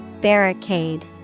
Barricade